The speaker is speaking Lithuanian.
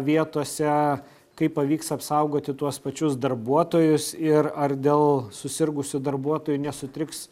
vietose kaip pavyks apsaugoti tuos pačius darbuotojus ir ar dėl susirgusių darbuotojų nesutriks